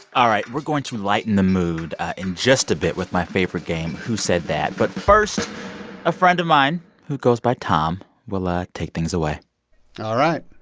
all right, we're going to lighten the mood in just a bit with my favorite game, who said that. but first a friend of mine who goes by tom will ah take things away all right,